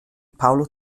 paolo